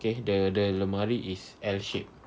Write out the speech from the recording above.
okay the the almari is L shaped